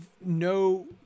no